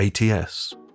ATS